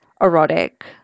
erotic